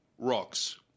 Rocks